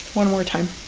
one more time